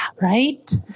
right